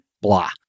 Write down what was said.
Blah